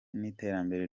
n’iterambere